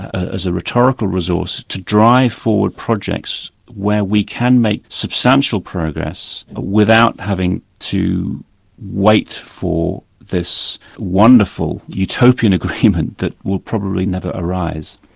as a rhetorical resource to drive forward projects where we can make substantial progress without having to wait for this wonderful utopian utopian agreement that will probably never arise.